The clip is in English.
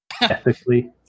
Ethically